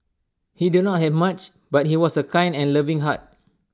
he did not have much but he was A kind and loving heart